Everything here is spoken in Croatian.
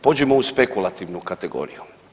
Pođimo u spekulativnu kategoriju.